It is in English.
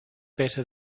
better